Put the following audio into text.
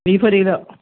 beef ഒരു kilo